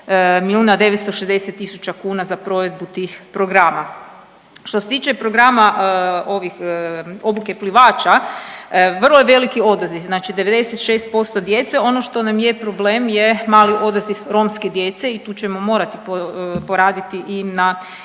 milijuna 960 tisuća kuna za provedbu tih programa. Što se tiče programa obuke plivača vrlo je veliki odaziv, znači 96% djece. Ono što nam je problem je mali odaziv romske djece i tu ćemo morati poraditi i na edukaciji